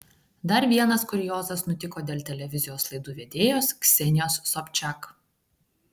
dar vienas kuriozas nutiko dėl televizijos laidų vedėjos ksenijos sobčiak